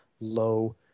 low